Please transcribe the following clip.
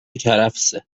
کرفسه